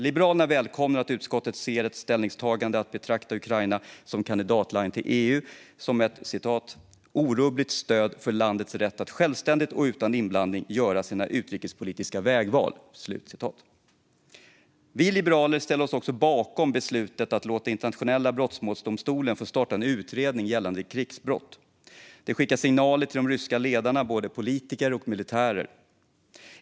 Liberalerna välkomnar att utskottet ser ett ställningstagande att betrakta Ukraina som kandidatland till EU som ett "orubbligt stöd för landets rätt att självständigt och utan inblandning göra sina utrikespolitiska vägval." Vi liberaler ställer oss också bakom beslutet att låta Internationella brottmålsdomstolen få starta en utredning gällande krigsbrott. Det skickar signaler till de ryska ledarna, både politiker och militärer.